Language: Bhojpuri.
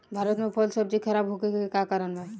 भारत में फल सब्जी खराब होखे के का कारण बा?